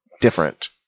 different